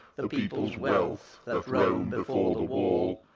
the people's wealth, that roam before the wall.